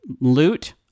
loot